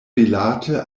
rilate